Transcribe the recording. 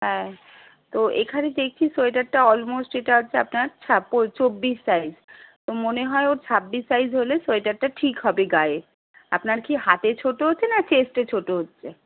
হ্যাঁ তো এখানে দেখছি সোয়েটারটা অলমোস্ট এটা হচ্ছে আপনারা ছা চব্বিশ সাইজ তো মনে হয় ওর ছাব্বিশ সাইজ হলে সোয়েটারটা ঠিক হবে গায়ে আপনার কি হাতে ছোটো হচ্ছে না চেস্টে ছোটো হচ্ছে